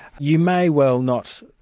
you may well not,